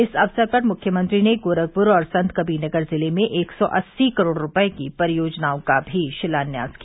इस अवसर पर मुख्यमंत्री ने गोरखपुर और संतकबीरनगर जिले में एक सौ अस्सी करोड़ रुपये की परियोजनाओं का भी शिलान्यास किया